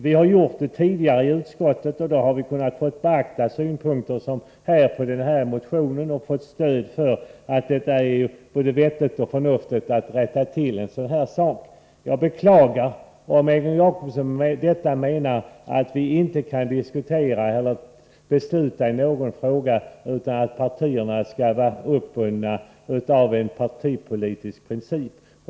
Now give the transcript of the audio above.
Vi har tidigare kunnat göra detta i utskottet, och då fått beaktat synpunkter av den här typen. Vi har då kunnat få stöd för uppfattningen att det är vettigt att rätta till en sådan här sak. Jag beklagar om Egon Jacobsson med detta menar att vi inte kan diskutera eller besluta i någon fråga utan att partierna skall vara uppbundna av en partipolitisk princip.